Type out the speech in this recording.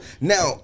Now